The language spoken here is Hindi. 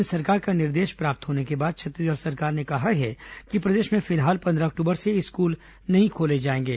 केन्द्र सरकार का निर्देश प्राप्त होने के बाद छत्तीसगढ़ सरकार ने कहा है कि प्रदेश में फिलहाल पन्द्रह अक्टूबर से स्कूल नहीं खोले जाएंगे